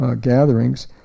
gatherings